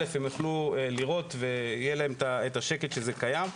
הם יוכלו לראות ויהיה להם את השקט שזה קיים,